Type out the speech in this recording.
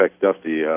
Dusty